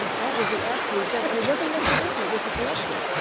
that was the absolute best. and it wasn't an exhibition. it was the collection.